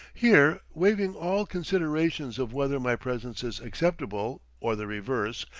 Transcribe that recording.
here, waiving all considerations of whether my presence is acceptable or the reverse,